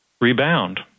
rebound